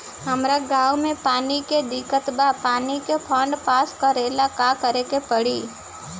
हमरा गॉव मे पानी के दिक्कत बा पानी के फोन्ड पास करेला का करे के पड़ी?